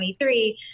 2023